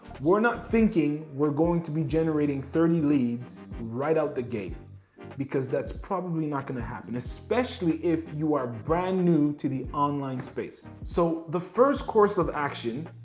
we're not thinking we're going to be generating thirty leads right out the gate because that's probably not gonna happen, especially if you are brand new to the online space. so the first course of action,